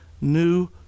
new